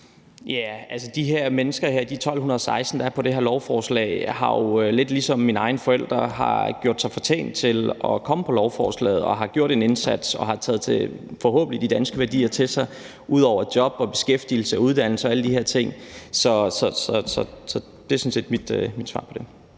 de 1.216 mennesker, der er på det her lovforslag, har jo lidt ligesom mine egne forældre gjort sig fortjent til at komme på lovforslaget og har gjort en indsats og har forhåbentlig taget de danske værdier til sig – ud over job, beskæftigelse, uddannelse og alle de her ting. Så det er sådan set mit svar på det.